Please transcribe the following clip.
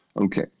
Okay